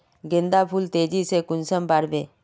गेंदा फुल तेजी से कुंसम बार से?